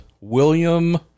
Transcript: William